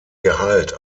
gehalt